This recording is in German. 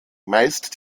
meist